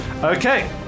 Okay